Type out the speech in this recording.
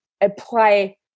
apply